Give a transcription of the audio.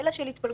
זהו.